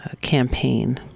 campaign